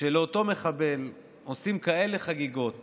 כשלאותו מחבל עושים כאלה חגיגות